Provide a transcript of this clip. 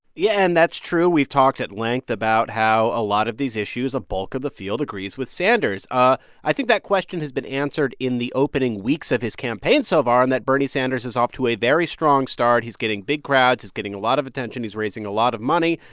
yeah, and that's true. we've talked at length about how a lot of these issues a bulk of the field agrees with sanders. ah i think that question has been answered in the opening weeks of his campaign so far and that bernie sanders is off to a very strong start. he's getting big crowds. he's getting a lot of attention. he's raising a lot of money.